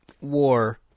war